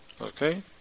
Okay